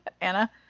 Anna